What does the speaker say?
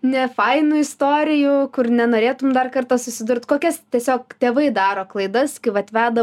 nefainų istorijų kur nenorėtum dar kartą susidurt kokias tiesiog tėvai daro klaidas kai vat veda